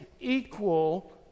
equal